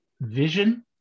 Vision